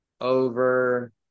over